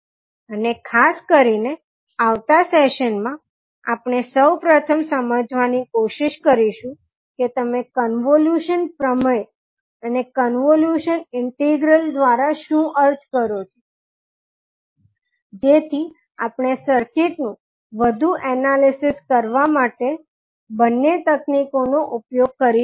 અને ખાસ કરીને આવતા સેશનમાં આપણે સૌ પ્રથમ સમજવાની કોશિશ કરીશું કે તમે કન્વોલ્યુશન પ્રમેય અને કન્વોલ્યુશન ઇન્ટિગ્રલ દ્વારા શું અર્થ કરો છો જેથી આપણે સર્કિટ નું વધુ એનાલિસિસ કરવા માટે બંને તકનીકોનો ઉપયોગ કરી શકીએ